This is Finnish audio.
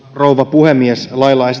puhemies lailla